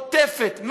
עוטפת,